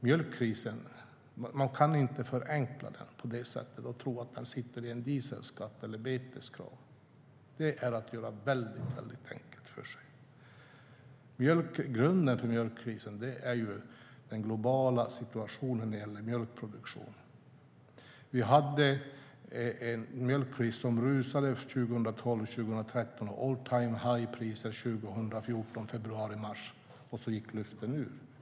Man kan inte förenkla mjölkkrisen på det sättet och tro att den sitter i en dieselskatt eller ett beteskrav. Det är att göra det väldigt enkelt för sig. Grunden för mjölkkrisen är den globala situationen när det gäller mjölkproduktion. Mjölkpriset rusade 2012-2013, och det var all-time-high-priser i februari mars 2014. Sedan gick luften ur.